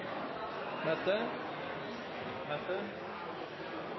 møte